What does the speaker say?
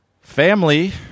Family